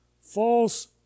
false